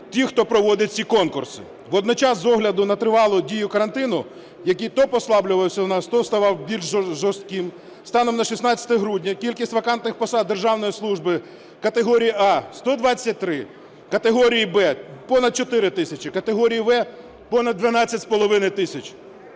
тих, хто проводить ці конкурси. Водночас з огляду на тривалу дію карантину, який то послаблювався у нас, то ставав більш жорстким, станом на 16 грудня кількість вакантних посад державної служби категорії "А" – 123, категорії "Б" – понад 4 тисячі, категорії "В" – понад 12,5 тисяч.